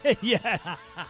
Yes